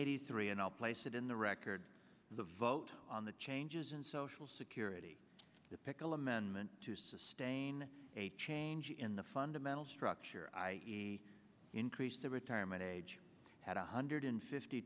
hundred three and i'll place it in the record the vote on the changes in social security the pickle amendment to sustain a change in the fundamental structure i e increase the retirement age had one hundred fifty